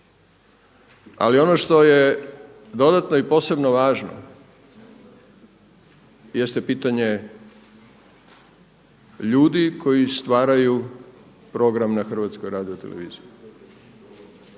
Ali ono što je dodatno i posebno važno jeste pitanje ljudi koji stvaraju program na HRT-u. To